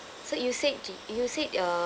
so you said t~ you said uh